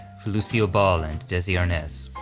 for lucille ball and desi arnaz.